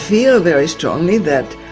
feel very strongly that,